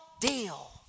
deal